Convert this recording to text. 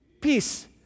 peace